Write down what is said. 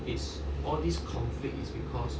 it's all these things because